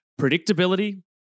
predictability